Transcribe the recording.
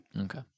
Okay